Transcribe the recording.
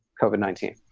cocaine, nineteen.